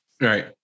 Right